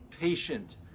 patient